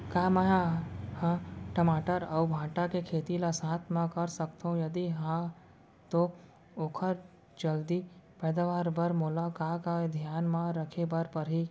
का मै ह टमाटर अऊ भांटा के खेती ला साथ मा कर सकथो, यदि कहाँ तो ओखर जलदी पैदावार बर मोला का का धियान मा रखे बर परही?